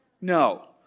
No